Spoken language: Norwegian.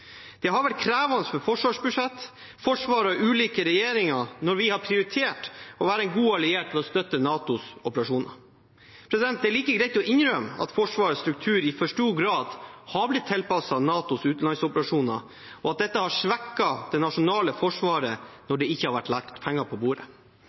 Det har vært krevende for forsvarsbudsjettet, Forsvaret og ulike regjeringer når vi har prioritert å være en god alliert ved å støtte NATOs operasjoner. Det er like greit å innrømme at Forsvarets struktur i for stor grad er blitt tilpasset NATOs utenlandsoperasjoner, og at dette har svekket det nasjonale forsvaret